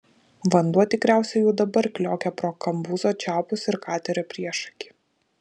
vanduo tikriausiai jau dabar kliokia pro kambuzo čiaupus ir katerio priešakį